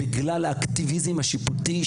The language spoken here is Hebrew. בגלל האקטיביזם השיפוטי.